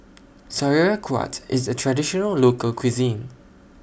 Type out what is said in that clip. Sauerkraut IS A Traditional Local Cuisine